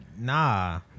nah